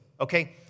Okay